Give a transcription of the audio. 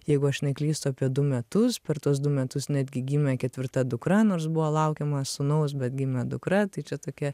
jeigu aš neklystu apie du metus per tuos du metus netgi gimė ketvirta dukra nors buvo laukiama sūnaus bet gimė dukra tai čia tokia